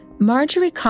Marjorie